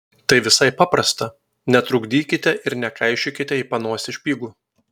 tai visai paprasta netrukdykite ir nekaišiokite į panosę špygų